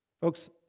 Folks